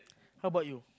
how bout you